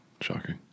Shocking